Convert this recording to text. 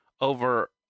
over